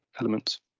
elements